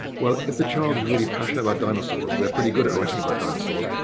well, if the child is really passionate about dinosaurs, they're pretty good at writing about dinosaurs.